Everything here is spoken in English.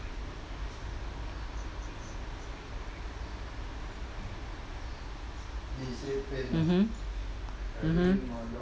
mmhmm mmhmm